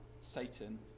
Satan